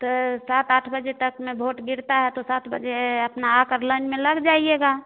तो सात आठ बजे तक में वोट गिरता है तो सात बजे अपना आकर लाइन में लग जाइएगा